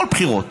בכל הבחירות,